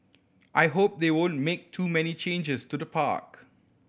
I hope they won't make too many changes to the park